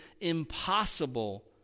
impossible